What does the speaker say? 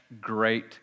great